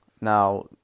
Now